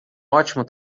ótimo